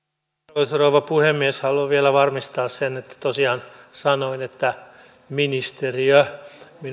arvoisa rouva puhemies haluan vielä varmistaa sen että tosiaan sanoin ministeriö